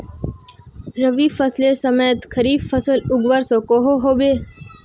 रवि फसलेर समयेत खरीफ फसल उगवार सकोहो होबे?